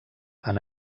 han